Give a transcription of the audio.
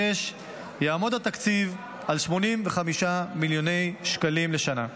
יעמוד התקציב על 85 מיליוני שקלים לשנה.